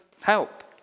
help